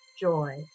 joy